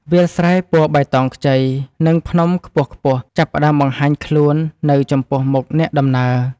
វាលស្រែពណ៌បៃតងខ្ចី និងភ្នំខ្ពស់ៗចាប់ផ្ដើមបង្ហាញខ្លួននៅចំពោះមុខអ្នកដំណើរ។